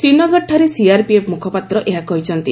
ଶ୍ରୀନଗରଠାରେ ସିଆର୍ପିଏଫ୍ ମୁଖପାତ୍ର କହିଛନ୍ତି